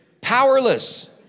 powerless